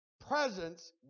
presence